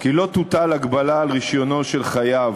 כי לא תוטל הגבלה על רישיונו של חייב